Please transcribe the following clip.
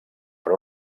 per